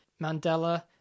Mandela